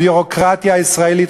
הביורוקרטיה הישראלית,